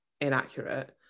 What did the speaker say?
inaccurate